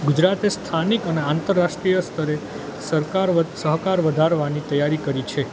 ગુજરાતે સ્થાનિક અને આંતરરાષ્ટ્રીય સ્તરે સરકાર સહકાર વધારવાની તૈયારી કરી છે